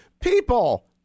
people